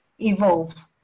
evolve